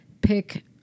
pick